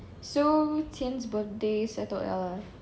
so qian's birthday settle lah